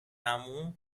عمو